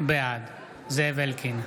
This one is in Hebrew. בעד זאב אלקין,